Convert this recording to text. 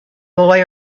boy